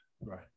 Right